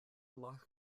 loch